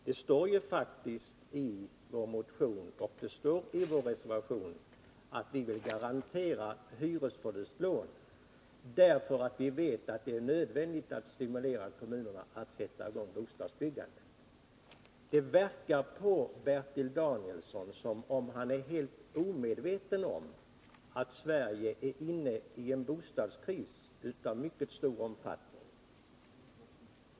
Det står ju faktiskt i vår motion och vår reservation att vi vill garantera hyresförlustlån därför att vi vet att det är nödvändigt att stimulera kommunerna att sätta i gång bostadsbyggandet. Det verkar på Bertil Danielsson som om han är helt omedveten om att Sverige är inne i en bostadskris av mycket stor omfattning.